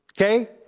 Okay